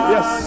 Yes